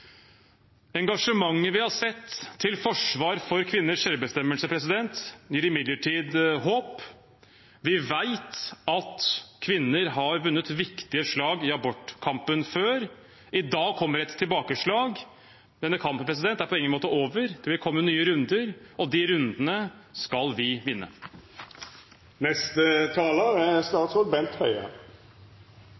Engasjementet vi har sett til forsvar for kvinners selvbestemmelse, gir imidlertid håp. Vi vet at kvinner har vunnet viktige slag i abortkampen før. I dag kommer et tilbakeslag, men denne kampen er på ingen måte over. Det vil komme nye runder, og de rundene skal vi vinne. Fosterreduksjon av friske fostre har vært og er